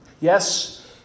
Yes